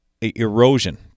erosion